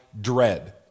dread